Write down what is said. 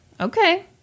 okay